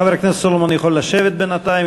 חבר הכנסת סולומון יכול לשבת בינתיים.